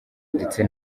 ndetse